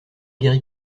guéri